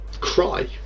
cry